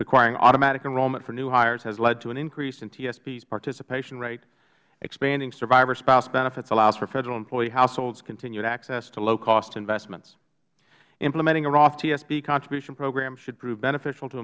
requiring automatic enrollment for new hires has led to an increase in tsp's participation rates expanding survivor spouse benefits allows for federal employee households continued access to lowcost investments implementing a roth tsp contribution program should prove beneficial to